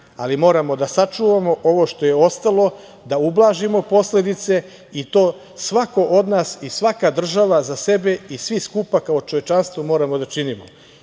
ali moramo da sačuvamo ovo što je ostalo, da ublažimo posledice i to svako od nas i svaka država za sebe i svi skupa kao čovečanstvo moramo da činimo.